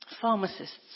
pharmacists